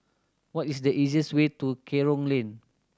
what is the easiest way to Kerong Lane